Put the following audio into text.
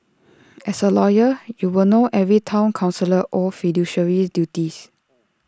as A lawyer you will know every Town councillor owes fiduciary duties